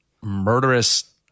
murderous